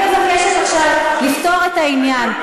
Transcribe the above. אני מבקשת עכשיו לפתור את העניין.